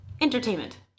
Entertainment